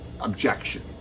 objection